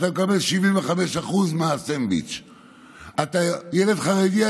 אתה מקבל 75% מהסנדוויץ'; אתה ילד חרדי?